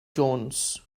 jones